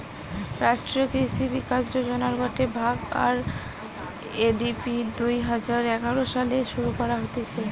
রাষ্ট্রীয় কৃষি বিকাশ যোজনার গটে ভাগ, আর.এ.ডি.পি দুই হাজার এগারো সালে শুরু করা হতিছে